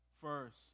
First